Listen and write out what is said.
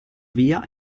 via